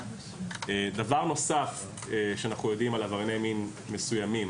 דבר נוסף שאנחנו יודעים על עברייני מין מסוימים